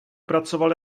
pracoval